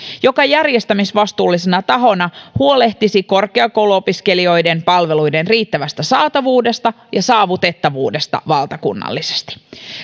joka järjestämisvastuullisena tahona huolehtisi korkeakouluopiskelijoiden palveluiden riittävästä saatavuudesta ja saavutettavuudesta valtakunnallisesti